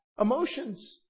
Emotions